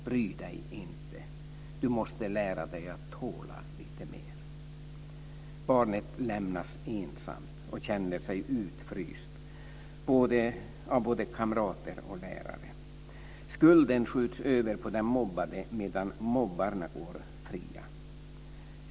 Bry dig inte. Du måste lära dig att tåla lite mer. Barnet lämnas ensamt och känner sig utfryst av både kamrater och lärare. Skulden skjuts över på den mobbade medan mobbarna går fria.